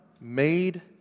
made